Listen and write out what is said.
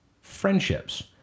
friendships